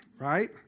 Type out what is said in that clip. Right